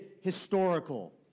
historical